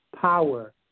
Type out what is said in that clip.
Power